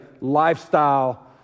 lifestyle